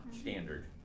standard